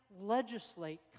legislate